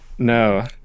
no